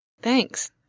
thanks